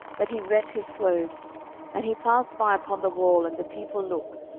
that he rent his clothes and he passed by upon the wall, and the people looked,